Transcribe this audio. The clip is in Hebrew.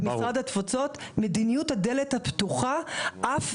במשרד התפוצות מדיניות הדלת הפתוחה אף